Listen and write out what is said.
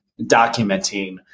documenting